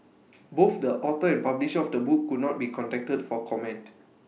both the author and publisher of the book could not be contacted for comment